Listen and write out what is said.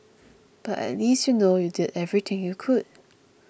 but at least you'll know you did everything you could